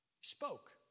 spoke